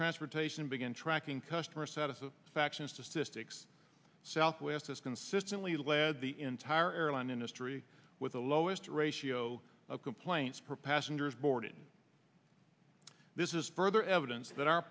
transportation began tracking customer satisfaction to statistics southwest has consistently led the entire airline industry with the lowest ratio of complaints per passenger boarding this is further evidence that our